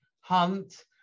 Hunt